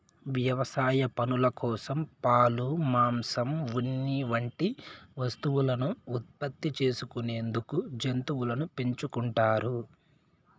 వ్యవసాయ పనుల కోసం, పాలు, మాంసం, ఉన్ని వంటి వస్తువులను ఉత్పత్తి చేసుకునేందుకు జంతువులను పెంచుకుంటారు